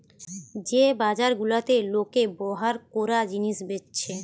যে বাজার গুলাতে লোকে ব্যভার কোরা জিনিস বেচছে